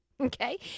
okay